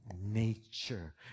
nature